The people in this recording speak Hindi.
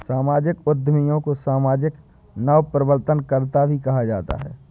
सामाजिक उद्यमियों को सामाजिक नवप्रवर्तनकर्त्ता भी कहा जाता है